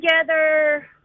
together